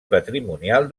patrimonial